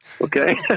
Okay